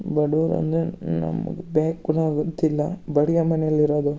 ಬಡವ್ರು ಅಂದರೆ ನಮಗೆ ಗೊತ್ತಿಲ್ಲ ಬಾಡಿಗೆ ಮನೆಲಿ ಇರೋದು